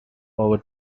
over